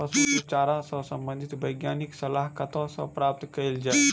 पशु चारा सऽ संबंधित वैज्ञानिक सलाह कतह सऽ प्राप्त कैल जाय?